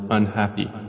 unhappy